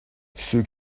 ceux